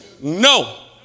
No